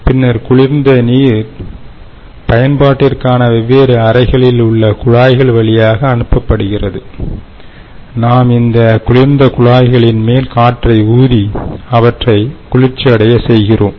பின்னர் குளிர்ந்த நீர் பயன்பாட்டிற்கான வெவ்வேறு அறைகளில் உள்ள குழாய்கள் வழியாக அனுப்பப்படுகிறது நாம் இந்தக் குளிர்ந்த குழாய்களின் மேல் காற்றை ஊதி அவற்றை குளிர்ச்சியடைய செய்கிறோம்